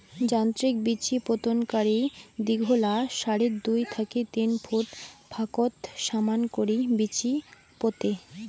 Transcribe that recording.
যান্ত্রিক বিচিপোতনকারী দীঘলা সারিত দুই থাকি তিন ফুট ফাকত সমান করি বিচি পোতে